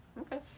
Okay